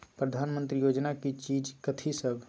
प्रधानमंत्री योजना की चीज कथि सब?